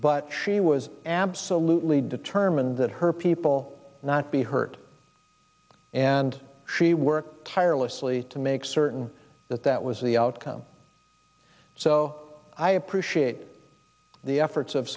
but she was absolutely determined that her people not be hurt and she worked tirelessly to make certain that that was the outcome so i appreciate the efforts